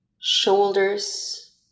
Shoulders